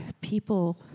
people